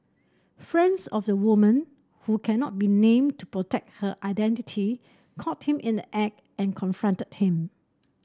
friends of the woman who cannot be named to protect her identity caught him in the act and confronted him